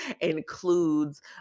includes